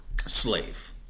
slave